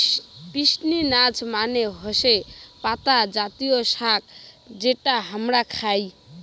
spinach মানে হৈসে পাতা জাতীয় শাক যেটা হামরা খাই